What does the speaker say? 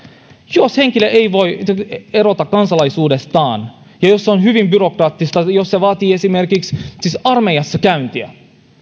jos henkilö ei voi erota kansalaisuudestaan jos se on hyvin byrokraattista jos se vaatii esimerkiksi armeijassa käyntiä